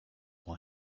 one